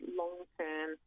long-term